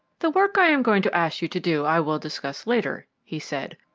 the work i am going to ask you to do i will discuss later, he said.